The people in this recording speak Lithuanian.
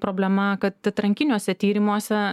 problema kad atrankiniuose tyrimuose